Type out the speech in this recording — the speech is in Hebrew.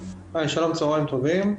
צהריים טובים.